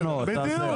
לציון גואל.